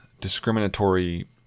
discriminatory